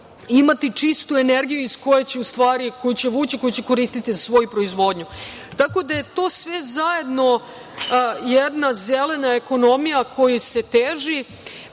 imati čistu energiju iz koje će vući, koje će koristiti za svoju proizvodnju. Tako da je to sve zajedno jedna zelena ekonomija kojom se teži,